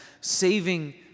saving